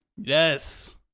Yes